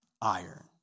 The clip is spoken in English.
iron